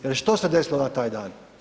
Jer što se desilo na taj dan?